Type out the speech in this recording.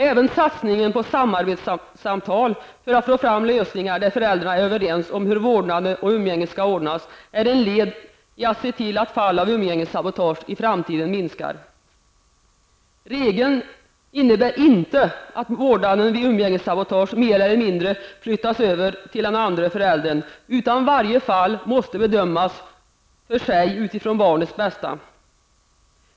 Även satsningen på samarbetssamtal för att få fram lösningar där föräldrarna är överens om hur vårdnaden och umgänget skall ordnas är ett led i att se till att fall av umgängessabotage i framtiden minskar. Regeln innebär inte att vårdnaden vid umgängessabotage mer eller mindre flyttas över till den andra föräldern, utan varje fall måste bedömas för sig utifrån barnets bästa.